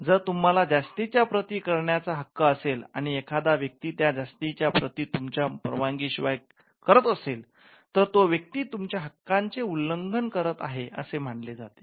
जर तुम्हाला जास्तीच्या प्रती करण्याचा हक्क असेल आणि एखादा व्यक्ती त्या जास्तीच्या प्रती तुमच्या परवानगी शिवाय तयार करत असेल तर तो व्यक्ती तुमच्या हक्कांचे उल्लंघन करत आहे असे मानले जाते